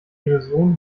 illusion